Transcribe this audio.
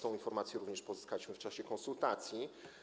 Tę informację również pozyskaliśmy w czasie konsultacji.